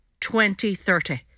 2030